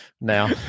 now